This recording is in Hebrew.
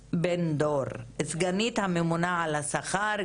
סגנית הממונה על השכר,